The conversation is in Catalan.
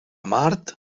mart